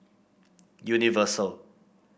Universal